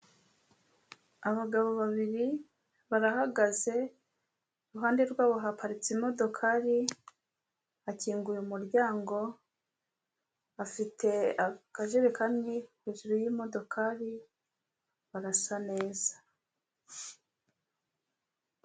Abagabo babiri barahagaze, iruhande rwabo haparitse imodokari, bakinguye umuryango, bafite akajerekani hejuru y'imodokari, barasa neza.